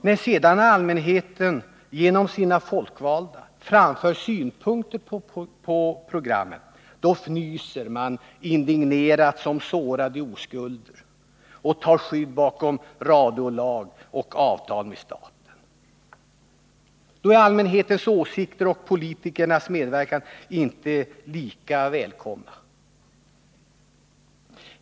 När sedan allmänheten genom sina folkvalda framför synpunkter på programmen, fnyser man indignerat som sårade oskulder och tar skydd bakom radiolag och avtal med staten. Då är allmänhetens åsikter och politikernas medverkan inte lika välkomna.